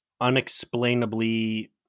unexplainably